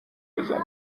بزنی